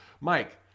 Mike